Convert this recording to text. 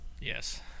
Yes